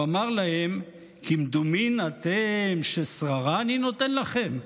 הוא אמר להם: "כמדומין אתם ששררה אני נותן לכם?